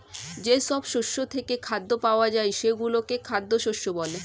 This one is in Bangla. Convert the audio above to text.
যেসব শস্য থেকে খাদ্য পাওয়া যায় সেগুলোকে খাদ্য শস্য বলে